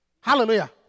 Hallelujah